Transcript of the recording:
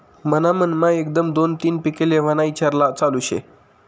मन्हा मनमा एकदम दोन तीन पिके लेव्हाना ईचार चालू शे